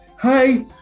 Hi